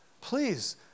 Please